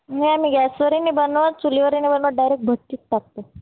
नाही मी गॅसवरही नाही बनवत चुलीवरही नाही बनवत डायरेक्ट भट्टीत टाकते